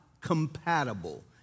compatible